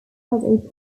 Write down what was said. held